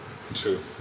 true